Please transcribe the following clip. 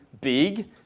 big